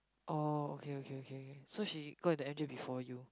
orh okay okay okay okay so she got into m_j before you